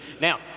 Now